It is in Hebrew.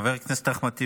חבר הכנסת אחמד טיבי.